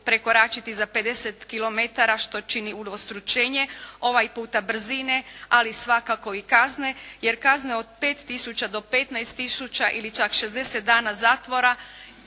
prekoračiti za 50 kilometara što čini udvostručenje ovaj puta brzine, ali svakako i kazne, jer kazne od 5 tisuća do 15 tisuća ili čak 60 dana zatvora